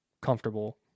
comfortable